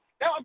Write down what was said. Now